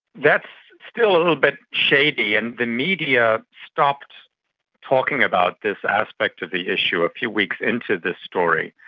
that's still a little bit shady, and the media stopped talking about this aspect of the issue a few weeks into this story,